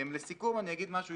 לסיכום אני אגיד משהו.